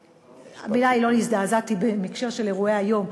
המילה היא לא "הזדעזעתי", בהקשר של אירועי היום.